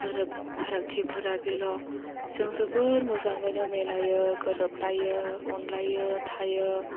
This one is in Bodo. गोरोब फरारागथिफोर बेल' जों जोबोर मोजाङैनो मिलायो गोरोबलायो अनलायो थायो